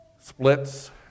splits